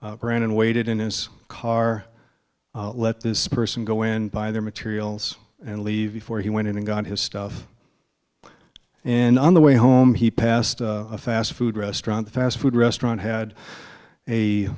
brandon waited in his car let this person go and buy their materials and leave before he went in and got his stuff and on the way home he passed a fast food restaurant the fast food restaurant had